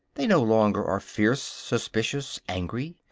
they no longer are fierce, suspicious, angry.